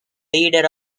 leader